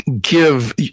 give